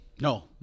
No